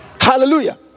Hallelujah